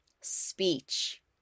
Speech